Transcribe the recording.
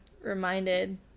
reminded